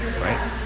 right